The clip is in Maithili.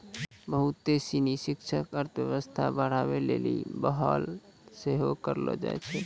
बहुते सिनी शिक्षक अर्थशास्त्र पढ़ाबै लेली बहाल सेहो करलो जाय छै